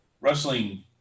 wrestling